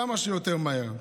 וכמה שיותר מהר.